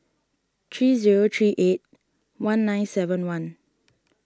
three zero three eight one nine seven one